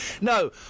No